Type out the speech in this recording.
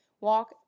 walk